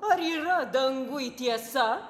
ar yra danguj tiesa